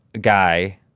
guy